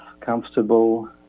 comfortable